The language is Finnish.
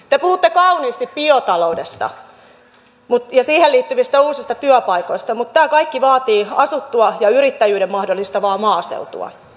te puhutte kauniisti biotaloudesta ja siihen liittyvistä uusista työpaikoista mutta tämä kaikki vaatii asuttua ja yrittäjyyden mahdollistavaa maaseutua